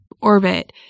orbit